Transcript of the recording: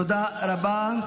תודה רבה.